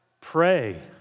pray